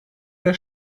der